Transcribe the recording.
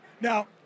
Now